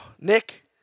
Nick